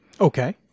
Okay